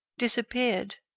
disappeared!